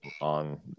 on